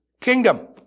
kingdom